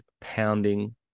Pounding